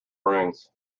rings